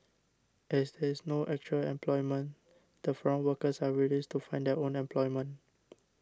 as there is no actual employment the foreign workers are released to find their own employment